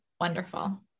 wonderful